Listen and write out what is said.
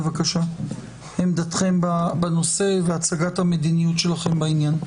בבקשה, עמדתכם בנושא והצגת המדיניות שלכם בעניין.